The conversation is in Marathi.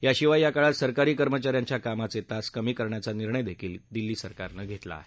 याशिवाय याकाळात सरकारी कर्मचाऱ्याख्या कामाचे तास कमी करण्याचा निर्णयही दिल्ली सरकारन घेतला आहे